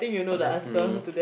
that's me